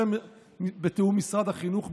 ובתיאום עם משרד החינוך,